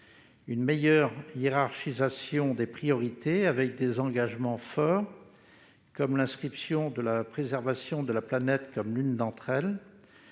une meilleure hiérarchisation des priorités, avec des engagements forts, comme l'inscription de la préservation de la planète comme l'une d'entre elles,